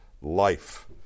life